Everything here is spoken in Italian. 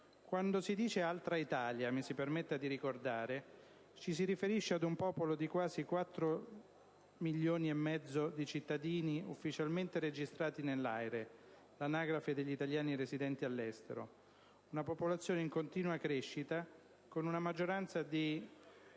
Quando si dice altra Italia, mi si permetta di ricordare, ci si riferisce ad un popolo di quasi 4,5 milioni di cittadini ufficialmente registrati nell'AIRE, l'anagrafe degli italiani residenti all'estero, una popolazione in continua crescita con una maggioranza di